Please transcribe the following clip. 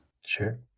Sure